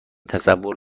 تصور